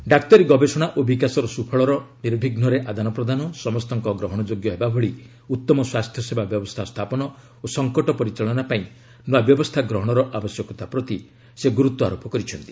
ଡାକ୍ତରୀ ଗବେଷଣା ଓ ବିକାଶର ସ୍ୱଫଳର ନିବିଘ୍ନରେ ଆଦାନପ୍ରଦାନ ସମସ୍ତଙ୍କ ଗ୍ରହଣ ଯୋଗ୍ୟ ହେବା ଭଳି ଉତ୍ତମ ସ୍ୱାସ୍ଥ୍ୟ ସେବା ବ୍ୟବସ୍ଥା ସ୍ଥାପନ ଓ ସଂକଟ ପରିଚାଳନା ପାଇଁ ନ୍ତଆ ବ୍ୟବସ୍ଥା ଗ୍ରହଣର ଆବଶ୍ୟକତା ପ୍ରତି ମଧ୍ୟ ସେ ଗୁରୁତ୍ୱାରୋପ କରିଛନ୍ତି